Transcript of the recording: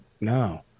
No